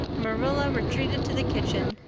marilla retreated to the kitchen,